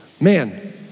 man